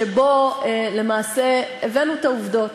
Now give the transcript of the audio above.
שבו למעשה הבאנו את העובדות